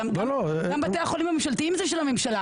גם בתי החולים הממשלתיים הם של הממשלה,